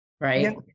Right